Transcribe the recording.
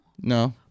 no